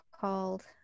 called